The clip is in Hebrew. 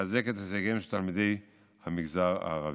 גיסא לחזק את הישגיהם של תלמידי המגזר הערבי.